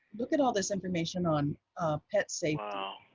look at all this information on pet safety wow.